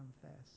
confess